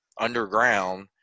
underground